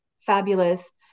fabulous